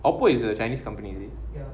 oppo is a chinese company already ya